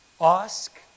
Ask